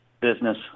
business